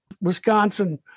Wisconsin